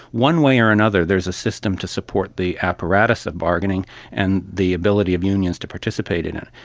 one way or another there is a system to support the apparatus of bargaining and the ability of unions to participate in it.